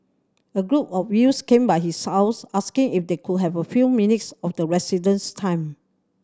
a group of youths came by his house asking if they could have a few minutes of the resident's time